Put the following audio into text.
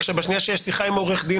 ובשנייה שיש שיחה עם עורך דין,